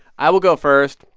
i will go first.